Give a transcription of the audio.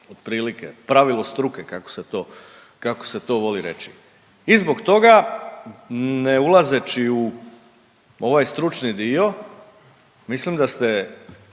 otprilike pravilo struke kako se to, kako se to voli reći. I zbog toga ne ulazeći u ovaj stručni dio mislim da ste